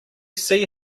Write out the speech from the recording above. see